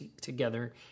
together